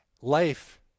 Life